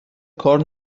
کار